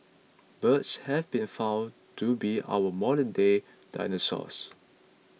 birds have been found to be our modernday dinosaurs